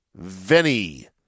Venny